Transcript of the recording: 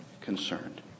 concerned